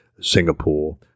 Singapore